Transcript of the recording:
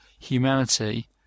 humanity